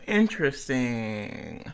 interesting